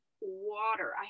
water